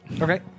Okay